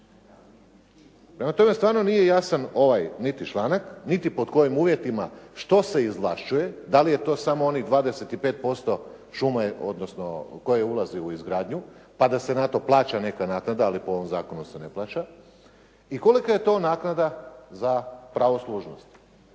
Prema tome, stvarno nije jasan ovaj niti članak, niti pod kojim uvjetima, što se izvlašćuje, dali je to samo onih 25% šuma, odnosno koje ulaze u izgradnju, pa da se na to plaća neka naknada, ali po ovom zakonu se ne plaća i kolika je to naknada za pravu uslužnost